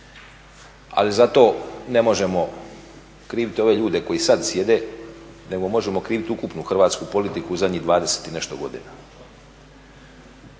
ali zato ne možemo kriviti ove ljude koji sada sjede, nego možemo kriviti ukupnu hrvatsku politiku u zadnjih 20 i nešto godina.